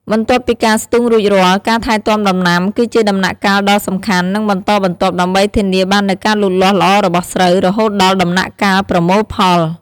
បន្ទាប់ពីការស្ទូងរួចរាល់ ការថែទាំដំណាំ គឺជាដំណាក់កាលដ៏សំខាន់ និងបន្តបន្ទាប់ដើម្បីធានាបាននូវការលូតលាស់ល្អរបស់ស្រូវ រហូតដល់ដំណាក់កាលប្រមូលផល។